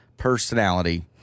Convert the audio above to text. Personality